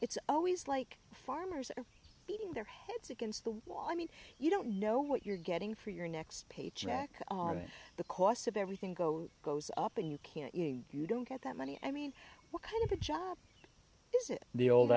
it's always like farmers are beating their heads against the wall i mean you don't know what you're getting for your next paycheck on it the cost of everything go goes up and you can't you know you don't get that money i mean what kind of a job is it the old